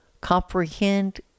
comprehend